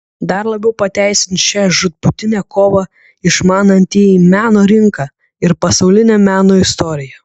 dar labiau pateisins šią žūtbūtinę kovą išmanantieji meno rinką ir pasaulinę meno istoriją